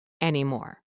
anymore